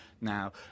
Now